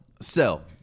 sell